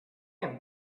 have